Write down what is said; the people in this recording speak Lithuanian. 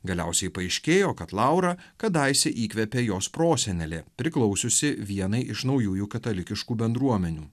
galiausiai paaiškėjo kad laurą kadaise įkvėpė jos prosenelė priklausiusi vienai iš naujųjų katalikiškų bendruomenių